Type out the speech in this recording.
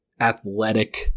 athletic